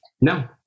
No